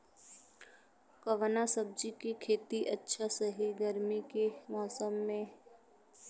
कवना सब्जी के खेती अच्छा रही गर्मी के मौसम में?